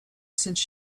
since